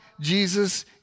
Jesus